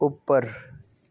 ਉੱਪਰ